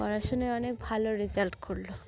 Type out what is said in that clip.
পড়াশুায় অনেক ভালো রেজাল্ট করলো